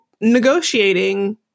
negotiating